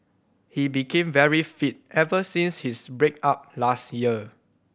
he became very fit ever since his break up last year